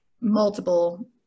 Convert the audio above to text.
multiple